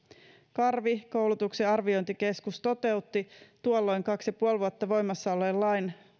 karvi koulutuksen arviointikeskus toteutti tuolloin kaksi ja puoli vuotta voimassa olleen lain